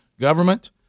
government